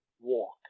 walk